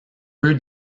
peu